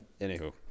Anywho